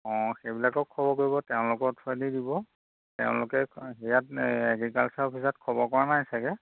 অঁ সেইবিলাকক খবৰ কৰিব তেওঁলোকৰ দি দিব তেওঁলোকে এগ্ৰিকালচাৰ অফিচত খবৰ কৰা নাই চাগে